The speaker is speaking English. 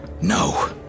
No